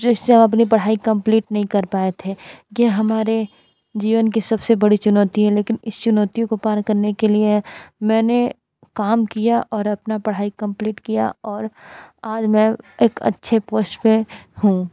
जिससे हम अपनी पढ़ाई कंप्लीट नहीं कर पाएँ थे कि हमारे जीवन की सबसे बड़ी चुनौती है लेकिन इस चुनौतियों को पार करने के लिए मैंने काम किया और अपना पढ़ाई कम्प्लीट किया और आज मैं एक अच्छे पोस्ट पे हूँ